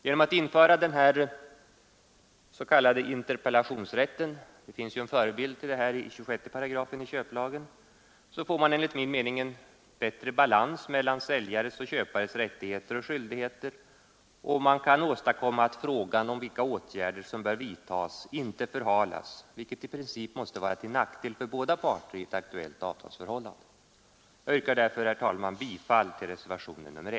Genom att införa den s.k. interpellationsrätten — det finns en förebild till detta i 26 § köplagen — får man enligt min mening bättre balans mellan säljares och köpares rättigheter och skyldigheter, och man kan åstadkomma att frågan om vilka åtgärder som bör vidtas inte förhalas. En förhalning måste vara till nackdel för båda parter i ett konkret avtalsförhållande. Jag yrkar därför, herr talman, bifall till reservationen 1.